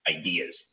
ideas